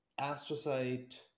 astrocyte